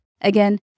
Again